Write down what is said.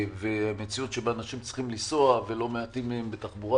מציאות שבה אנשים צריכים לנסוע ולא מעטים מהם בתחבורה